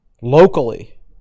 locally